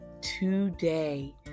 today